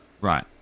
Right